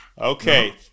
Okay